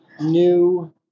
new